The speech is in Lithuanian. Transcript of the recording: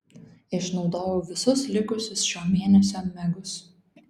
išnaudojau visus likusius šio mėnesio megus